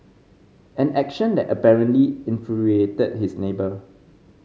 an action that apparently infuriated his neighbour